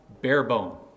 Barebone